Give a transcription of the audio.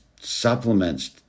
supplements